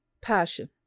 Passion